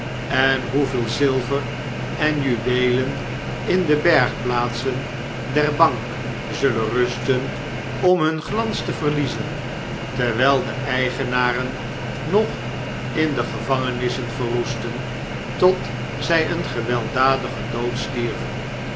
en hoeveel zilver en juweelen in de bergplaatsen der bank zullen rustenom hun glans te verliezen terwijl de eigenaren nog in de gevangenissen verroes'tten tot zfl een gewelddadigen dood stierven